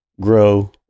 grow